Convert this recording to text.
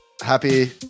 Happy